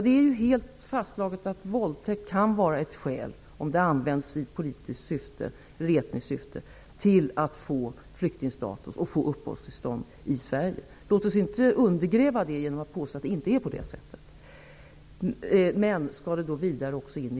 Det är fastslaget att våldtäkt kan vara ett skäl, om det används i politiskt eller etniskt syfte, till att få flyktingstatus och uppehållstillstånd i Sverige. Låt oss inte undergräva detta genom att påstå att det inte är så.